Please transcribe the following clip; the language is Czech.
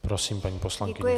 Prosím, paní poslankyně.